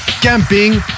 camping